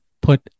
put